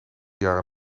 jaren